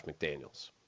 McDaniels